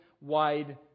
wide